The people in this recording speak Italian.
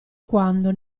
quando